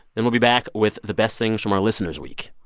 then we'll be back with the best things from our listeners' week